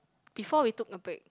before we took a break